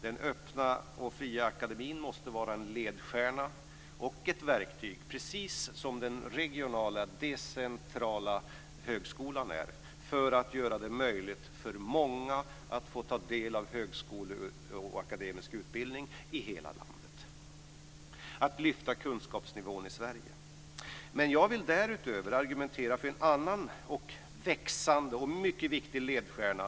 Den öppna och fria akademin måste vara en ledstjärna och ett verktyg, precis som den regionala decentraliserade högskolan är det, i arbetet med att göra det möjligt för många att ta del av akademisk utbildning i hela landet och höja kunskapsnivån i Jag vill därutöver argumentera för en annan mycket viktig ledstjärna.